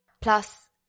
plus